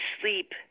sleep